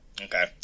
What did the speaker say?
Okay